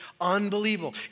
unbelievable